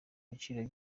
igiciro